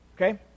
okay